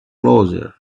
closer